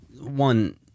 one